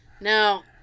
Now